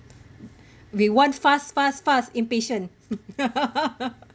we want fast fast fast impatient